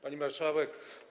Pani Marszałek!